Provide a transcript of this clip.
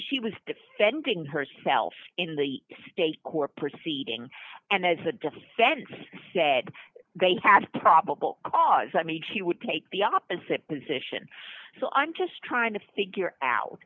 she was defending herself in the state court proceeding and as the defense said they had probable cause i mean he would take the opposite position so i'm just trying to figure out